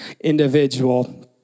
individual